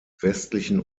westlichen